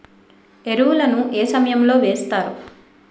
ఎరువుల ను ఏ సమయం లో వేస్తారు?